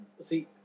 see